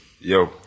Yo